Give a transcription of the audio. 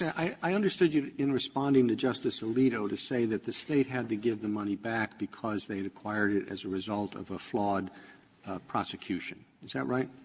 i understood you in responding to justice alito to say that the state had to give the money back because they'd acquired it as a result of a flawed prosecution. is that right?